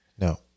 No